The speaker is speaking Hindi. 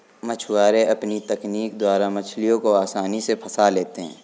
मछुआरे अपनी तकनीक द्वारा मछलियों को आसानी से फंसा लेते हैं